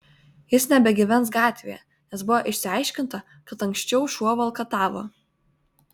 jis nebegyvens gatvėje nes buvo išsiaiškinta kad anksčiau šuo valkatavo